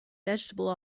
vegetable